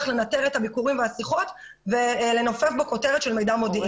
לנטר את הביקורים והשיחות ולנופף בכותרת של מידע מודיעיני.